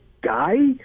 guy